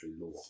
law